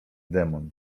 demon